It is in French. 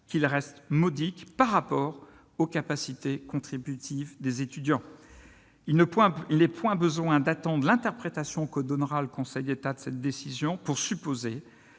qu'ils restent modiques par rapport aux capacités contributives des étudiants. Il n'est point besoin d'attendre l'interprétation que donnera le Conseil d'État de cette décision pour supposer